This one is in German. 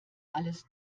alles